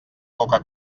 coca